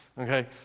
okay